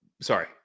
sorry